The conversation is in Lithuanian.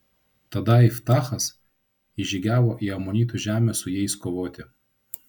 tada iftachas įžygiavo į amonitų žemę su jais kovoti